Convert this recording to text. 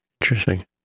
Interesting